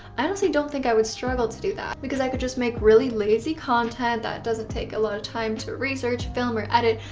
i honestly don't think i would struggle to do that because i could just make really lazy content that doesn't take a lot of time to research, film, or edit,